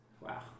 Wow